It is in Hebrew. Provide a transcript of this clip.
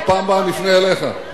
בפעם הבאה נפנה אליך.